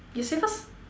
you say first